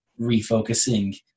refocusing